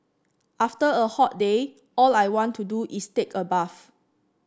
after a hot day all I want to do is take a bath